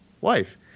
wife